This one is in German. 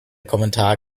kommentar